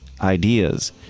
ideas